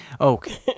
Okay